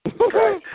Okay